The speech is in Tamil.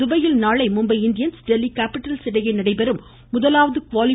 துபாயில் நாளை மும்பை இண்டியன்ஸ் டெல்லி கேப்பிட்டல்ஸ் இடையே நடைபெறும் முதலாவது குவாலி